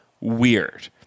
weird